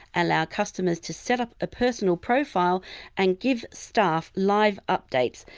allow customers to setup a personal profile and give staff live updates,